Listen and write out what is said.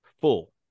full